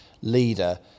leader